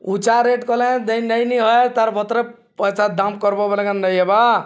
ଉଚା rate କଲେ ଦେଇ ନେଇନି ହଏ ତାର୍ ଭତ୍ର ପଇସା ଦାମ କରବୋ ବୋଲେ କା ନେଇ ହବା